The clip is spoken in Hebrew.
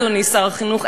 אדוני שר החינוך,